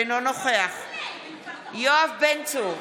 אינו נוכח יואב בן צור,